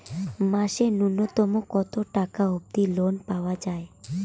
মাসে নূন্যতম কতো টাকা অব্দি লোন পাওয়া যায়?